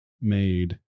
made